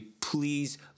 please